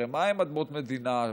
הרי מהן אדמות מדינה?